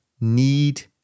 need